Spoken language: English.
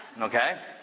okay